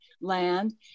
land